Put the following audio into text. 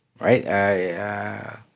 Right